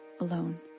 alone